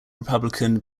republican